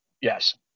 Yes